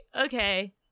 okay